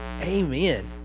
Amen